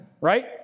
right